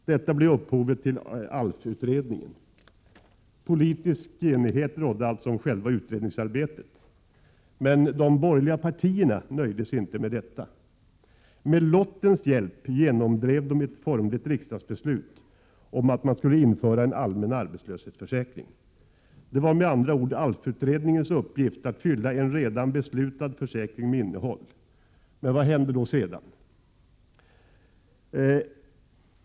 Detta blev upphovet till ALF-utredningen. Politisk enighet rådde alltså om själva utredningsarbetet, men de borgerliga partierna nöjde sig inte med detta. Med lottens hjälp genomdrev de ett formligt riksdagsbeslut om att man skulle införa en allmän arbetslöshetsförsäkring. Det var med andra ord ALF-utredningens uppgift att fylla en redan beslutad försäkring med innehåll. Vad hände sedan?